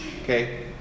Okay